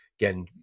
again